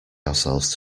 ourselves